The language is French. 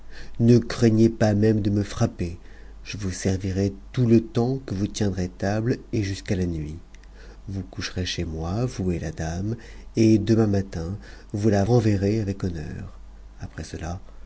ne craignez pas même de me frapper je vous serti ai tout le temps que vous tiendrez table et jusqu'à la nuit vous couthprcx chez moi vous et la dame et demain matin vous la renverrez nec honneur après cela